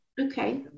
Okay